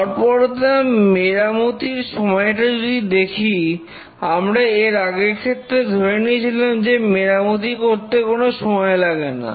গড়পরতা মেরামতির সময়টা যদি দেখি আমরা এর আগের ক্ষেত্রে ধরে নিয়েছিলাম যে মেরামতি করতে কোন সময় লাগে না